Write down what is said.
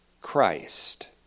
Christ